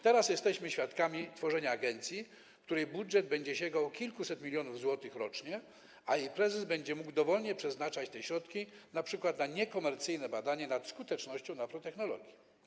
Teraz jesteśmy świadkami tworzenia agencji, której budżet będzie sięgał kilkuset milionów złotych rocznie, a jej prezes będzie mógł dowolnie przeznaczać te środki np. na niekomercyjne badania nad skutecznością naprotechnologii.